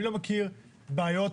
אני לא מכיר בעיות